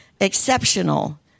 exceptional